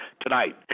tonight